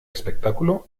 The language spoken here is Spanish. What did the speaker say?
espectáculo